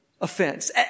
offense